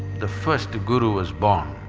the first guru was born.